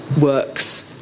works